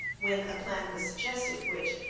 when a plan was suggested, which,